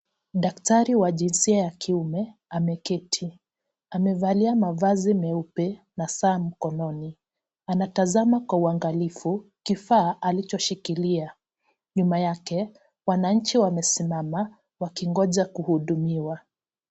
Daktari wa jinsia ya kiume ameketi. Amevalia mavazi meupe na saa mkononi. Anatazama kwa uangalifu kifaa alichoshikilia. Nyuma yake wanainchi wamesimama wakingoja kuhudumiwa.